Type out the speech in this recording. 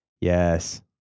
Yes